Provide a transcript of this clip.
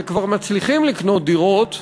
שכבר מצליחים לקנות דירות,